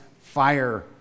Fire